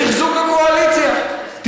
אנחנו עוברים היום לתחזוק הקואליציה,